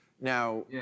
Now